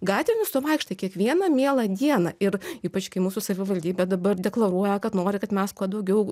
gatvėmis tu vaikštai kiekvieną mielą dieną ir ypač kai mūsų savivaldybė dabar deklaruoja kad nori kad mes kuo daugiau